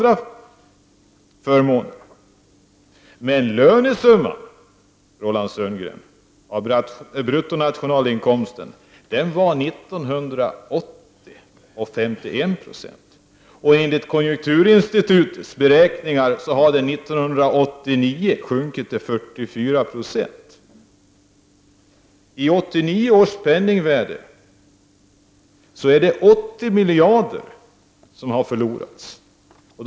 Men löneandelen i bruttonationalinkomsten, Roland Sundgren, var 1980 51 70. Enligt konjunkturinstitutets beräkningar hade andelen 1989 sjunkit till 44 96. I 1989 års penningvärde motsvarar detta en sänkning med 80 miljarder kronor.